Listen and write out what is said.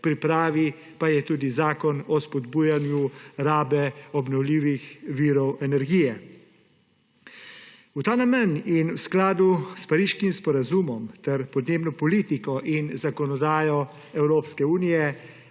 pripravi pa je tudi zakon o spodbujanju rabe obnovljivih virov energije. V ta namen in v skladu s Pariškim sporazumom ter podnebno politiko in zakonodajo Evropske unije